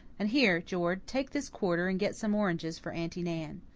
and here, jord take this quarter and get some oranges for aunty nan.